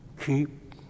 keep